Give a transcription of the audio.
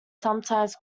sometimes